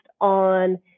on